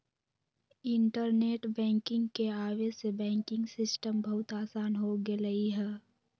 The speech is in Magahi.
इंटरनेट बैंकिंग के आवे से बैंकिंग सिस्टम बहुत आसान हो गेलई ह